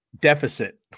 deficit